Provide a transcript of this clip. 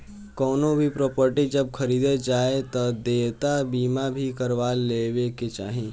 कवनो भी प्रापर्टी जब खरीदे जाए तअ देयता बीमा भी करवा लेवे के चाही